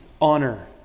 honor